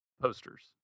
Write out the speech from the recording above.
posters